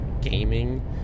gaming